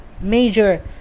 major